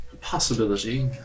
possibility